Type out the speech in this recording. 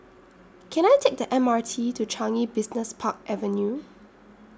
Can I Take The M R T to Changi Business Park Avenue